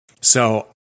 So-